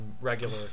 regular